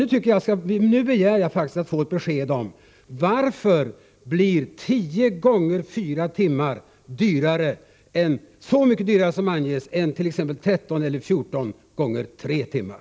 Nu begär jag faktiskt att få ett besked om varför tio gånger fyra timmar blir så mycket dyrare som anges än t.ex. tretton eller fjorton gånger tre timmar.